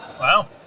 Wow